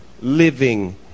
living